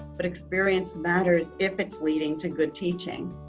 but experience matters if it's leading to good teaching.